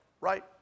right